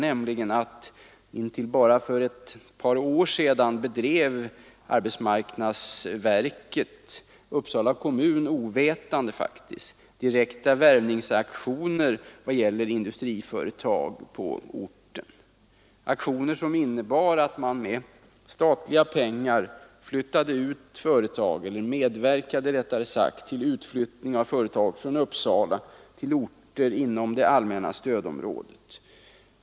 Tills för bara några år sedan bedrev AMS — Uppsala kommun ovetande — direkta värvningsaktioner bland industriföretag på orten. Dessa aktioner innebar att man med statliga pengar medverkade till utflyttning av företag från Uppsala till orter inom det allmänna stödområdet.